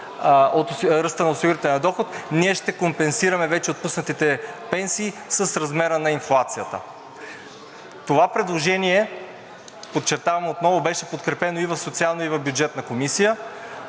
от ръста на осигурителния доход, ние ще компенсираме вече отпуснатите пенсии с размера на инфлацията. Това предложение, подчертавам отново, беше подкрепено и в Социалната, и в Бюджетната комисия.